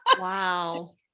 Wow